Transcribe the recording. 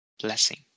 blessing